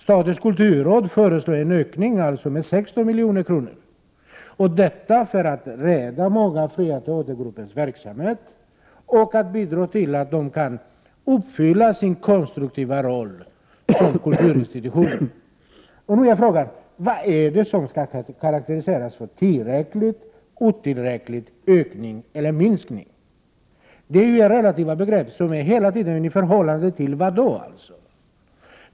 Statens kulturråd föreslår en ökning med 16 milj.kr., detta för att rädda många fria teatergruppers verksamhet och bidra till att de skall kunna fullfölja sin konstruktiva roll som kulturinstitutioner. d Nu är frågan: Vad är det som skall karakteriseras som tillräckligt eller otillräckligt, som ökning eller minskning? Det är relativa begrepp som hela tiden måste ställas i förhållande till någonting annat.